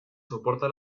soporta